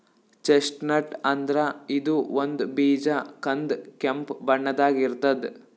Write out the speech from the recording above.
chestnut ಅಂದ್ರ ಇದು ಒಂದ್ ಬೀಜ ಕಂದ್ ಕೆಂಪ್ ಬಣ್ಣದಾಗ್ ಇರ್ತದ್